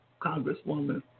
congresswoman